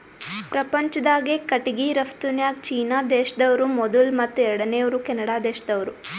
ಪ್ರಪಂಚ್ದಾಗೆ ಕಟ್ಟಿಗಿ ರಫ್ತುನ್ಯಾಗ್ ಚೀನಾ ದೇಶ್ದವ್ರು ಮೊದುಲ್ ಮತ್ತ್ ಎರಡನೇವ್ರು ಕೆನಡಾ ದೇಶ್ದವ್ರು